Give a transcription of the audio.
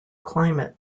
climate